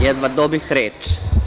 Jedva dobih reč.